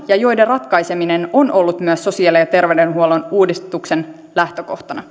ja joiden ratkaiseminen on ollut myös sosiaali ja terveydenhuollon uudistuksen lähtökohtana